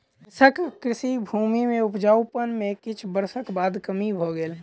कृषकक कृषि भूमि के उपजाउपन में किछ वर्षक बाद कमी भ गेल